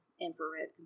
infrared